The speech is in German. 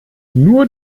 nur